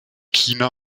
china